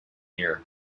year